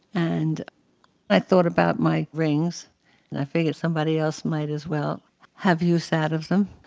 and i thought about my rings and i figured somebody else might as well have use out of them.